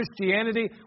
Christianity